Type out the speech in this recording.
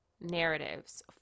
narratives